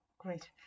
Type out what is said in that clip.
Great